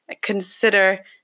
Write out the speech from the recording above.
consider